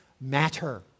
matter